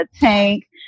tank